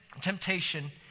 temptation